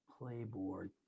Playboard